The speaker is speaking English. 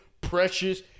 Precious